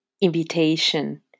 invitation